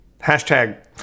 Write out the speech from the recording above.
Hashtag